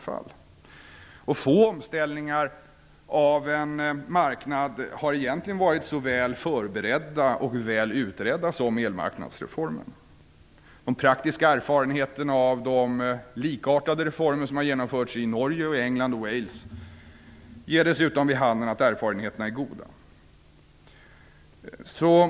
Få omställningar av en marknad har egentligen varit så väl förberedda och utredda som elmarknadsreformen. De praktiska erfarenheterna av de likartade reformer som har genomförts i Norge, England och Wales är dessutom goda.